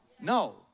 No